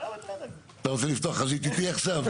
אתה רוצה לפתוח חזית איתי עכשיו?